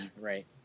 Right